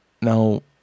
now